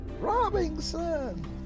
Robinson